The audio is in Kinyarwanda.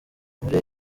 muri